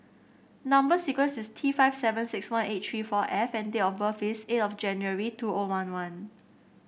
number sequence is T five seven six one eight three four F and date of birth is eight of January two O one one